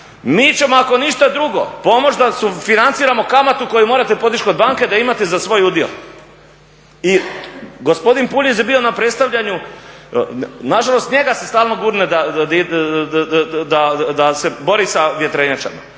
mi ćemo ako ništa drugo pomoći da sufinanciramo kamatu koju morate podići kod banke da imate za svoj udio. I gospodin Puljiz je bio na predstavljanju, nažalost njega se stalno gurne da se bori sa vjetrenjačama